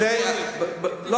רבותי, לא